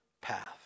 path